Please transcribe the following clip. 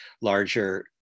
larger